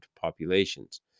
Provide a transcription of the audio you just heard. populations